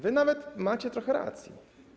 Wy nawet macie trochę racji.